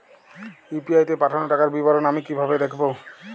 UPI তে পাঠানো টাকার বিবরণ আমি কিভাবে দেখবো?